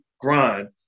grind